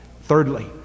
Thirdly